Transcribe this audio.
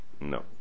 No